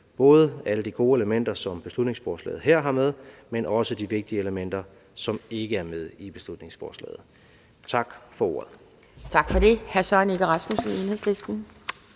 både alle de gode elementer, som beslutningsforslaget her har med, men også de vigtige elementer, som ikke er med i beslutningsforslaget. Tak for ordet. Kl. 10:46 Anden næstformand (Pia